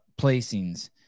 placings